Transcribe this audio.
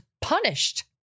punished